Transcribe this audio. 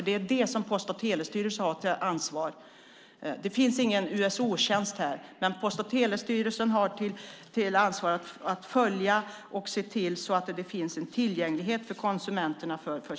Det är ett ansvar som Post och telestyrelsen har. Det finns ingen USO-tjänst här, men Post och telestyrelsen har i ansvar att följa och se till så att det finns en tillgänglighet för konsumenterna.